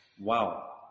Wow